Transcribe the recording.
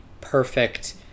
perfect